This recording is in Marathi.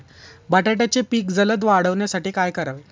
बटाट्याचे पीक जलद वाढवण्यासाठी काय करावे?